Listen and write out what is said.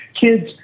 kids